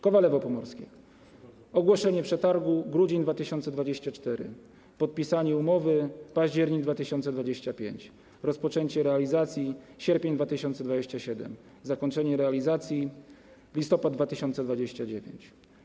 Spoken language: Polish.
Kowalewo Pomorskie - ogłoszenie przetargu: grudzień 2024, podpisanie umowy: październik 2025, rozpoczęcie realizacji: sierpień 2027, zakończenie realizacji: listopad 2029.